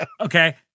Okay